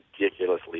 ridiculously